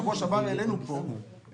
בשבוע שעבר העלינו פה את